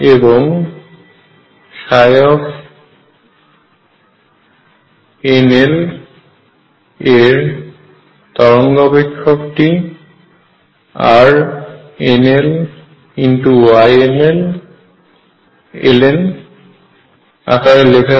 এবং nln এর তরঙ্গ অপেক্ষকটি RnlYln আকারে লেখা হয়